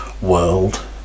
world